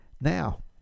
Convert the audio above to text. now